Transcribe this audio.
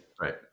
Right